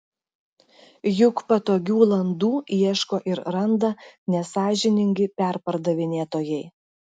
juk patogių landų ieško ir randa nesąžiningi perpardavinėtojai